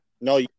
no